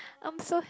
I'm so